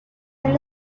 and